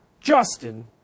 Justin